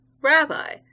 Rabbi